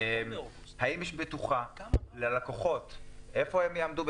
האם יש בטוחה ללקוחות איפה הם יעמדו?